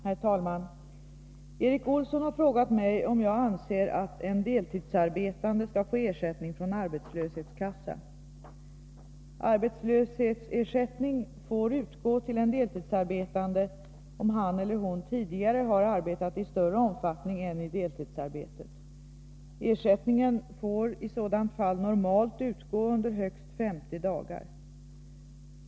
Herr talman! Erik Olsson har frågat mig om jag anser att en deltidsarbetande skall få ersättning från arbetslöshetskassa. Arbetslöshetsersättning får utgå till en deltidsarbetande om han eller hon tidigare har arbetat i större omfattning än i deltidsarbete. Ersättningen får i sådant fall normalt utgå under högst 50 dagar.